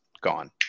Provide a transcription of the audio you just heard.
gone